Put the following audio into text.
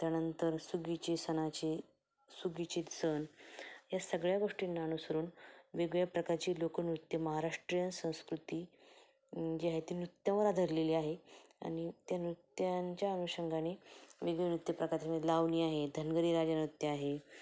त्यानंतर सुगीचे सणाचे सुगीचे सण या सगळ्या गोष्टींना अनुसरून वेगवेगळ्या प्रकारची लोकनृत्यं महाराष्ट्रीयन संस्कृती जे आहे ती नृत्यांवर आधारलेली आहे आणि त्या नृत्यांच्या अनुषंगाने वेगळे नृत्यप्रकार म्हणजे लावणी आहे धनगरी राजा नृत्य आहे